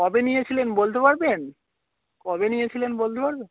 কবে নিয়েছিলেন বলতে পারবেন কবে নিয়েছিলেন বলতে পারবে